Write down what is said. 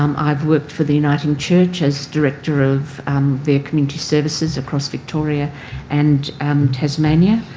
um i've worked for the uniting church as director of their community services across victoria and and tasmania,